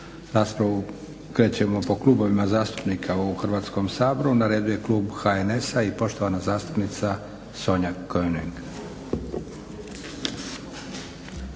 Raspravu krećemo po klubovima zastupnika u Hrvatskom saboru. Na redu je klub HNS-a i poštovana zastupnica Sonja König.